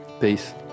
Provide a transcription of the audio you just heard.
Peace